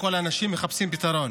כל האנשים מחפשים פתרון